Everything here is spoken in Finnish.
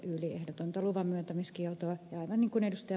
aivan niin kuin ed